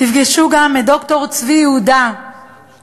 תפגשו גם את ד"ר צבי יהודה מעיראק,